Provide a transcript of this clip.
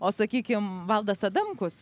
o sakykim valdas adamkus